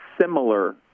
similar